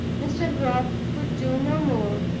mr. brock could do no more!